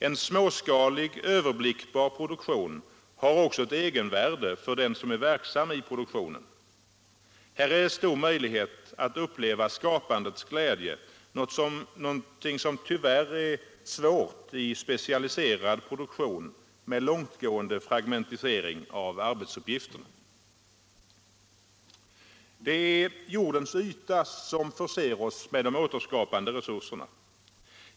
En småskalig, överblickbar produktion har också ett egenvärde för den som är verksam i produktionen. Här är stor möjlighet att uppleva skapandets glädje, något som tyvärr är svårt i specialiserad produktion med långtgående fragmentering av arbetsuppgifterna. Det är jordens yta som förser oss med de återskapande resurserna.